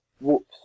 whoops